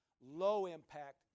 low-impact